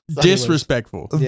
disrespectful